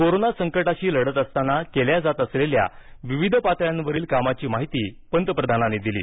corona संकटाशी लढत असताना केल्या जात असलेल्या विविध पातळ्यांवरील कामांची माहिती पंतप्रधानांनी दिली